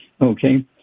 okay